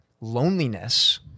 loneliness